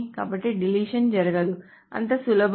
కాబట్టి డిలీషన్ జరగదు అంత సులభం